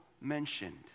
mentioned